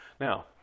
Now